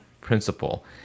principle